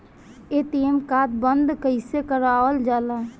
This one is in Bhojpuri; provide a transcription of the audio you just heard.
ए.टी.एम कार्ड बन्द कईसे करावल जाला?